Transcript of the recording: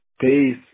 Peace